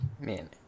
man